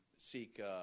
seek